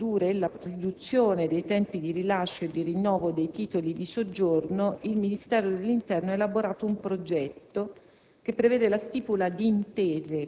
Per lo snellimento delle procedure e la riduzione dei tempi di rilascio e di rinnovo dei titoli di soggiorno, il Ministero dell'interno ha elaborato un progetto